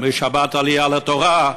בשבת עלייה לתורה,